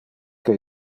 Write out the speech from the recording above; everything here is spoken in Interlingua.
que